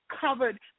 covered